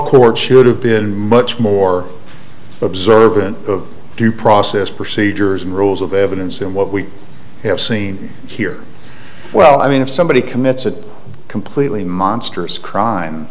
court should have been much more observant of due process procedures and rules of evidence and what we have seen here well i mean if somebody commits a completely monstrous crime